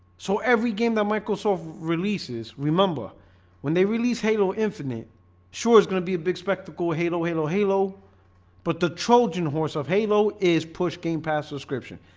so every game that microsoft releases remember when they release halo infinite sure is gonna be a big spectacle. halo. halo. halo but the trojan horse of halo is push game past description.